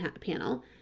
panel